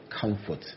Comfort